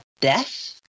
death